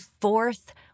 fourth